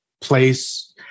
place